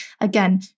again